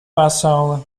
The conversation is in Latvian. pasaule